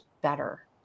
better